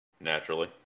Naturally